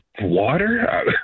Water